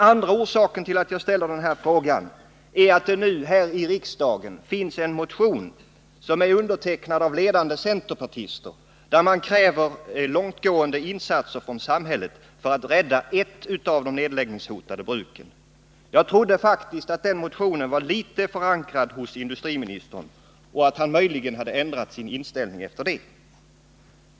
För det andra har här i riksdagen väckts en motion, som är undertecknad av ledande centerpartister och där man kräver långtgående insatser från samhällets sida för att rädda eft av de nedläggningshotade bruken. Jag trodde faktiskt att den motionen var åtminstone något förankrad även hos industriministern och att han senare ändrat inställning.